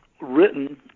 written